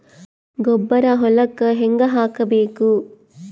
ಗೊಬ್ಬರ ಹೊಲಕ್ಕ ಹಂಗ್ ಹಾಕಬೇಕು?